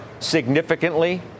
significantly